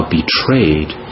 betrayed